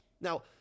Now